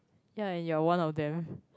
ya and you're one of them